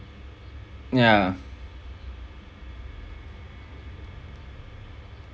ya